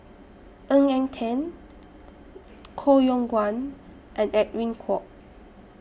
Ng Eng Teng Koh Yong Guan and Edwin Koek